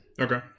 okay